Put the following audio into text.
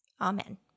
Amen